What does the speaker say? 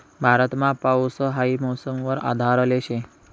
भारतमा पाऊस हाई मौसम वर आधारले शे